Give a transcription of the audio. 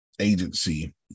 agency